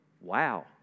Wow